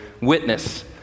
witness